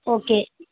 okay